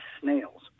snails